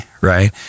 right